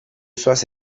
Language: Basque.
zoaz